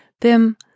Bim